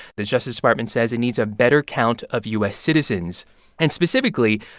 the justice department says it needs a better count of u s. citizens and specifically,